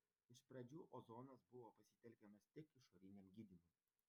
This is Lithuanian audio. iš pradžių ozonas buvo pasitelkiamas tik išoriniam gydymui